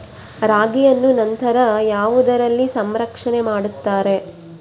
ರಾಗಿಯನ್ನು ನಂತರ ಯಾವುದರಲ್ಲಿ ಸಂರಕ್ಷಣೆ ಮಾಡುತ್ತಾರೆ?